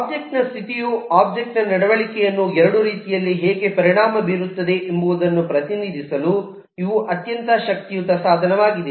object ನ ಸ್ಥಿತಿಯು object ನ ನಡವಳಿಕೆಯನ್ನು ಎರಡು ರೀತಿಯಲ್ಲಿ ಹೇಗೆ ಪರಿಣಾಮ ಬೀರುತ್ತದೆ ಎಂಬುದನ್ನು ಪ್ರತಿನಿಧಿಸಲು ಇವು ಅತ್ಯಂತ ಶಕ್ತಿಯುತ ಸಾಧನವಾಗಿದೆ